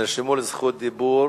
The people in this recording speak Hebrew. נרשם לדיבור